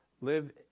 live